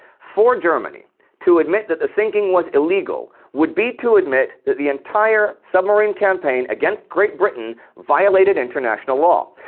for germany to admit that the sinking was illegal would be to admit that the entire submarine campaign against great britain violated international law,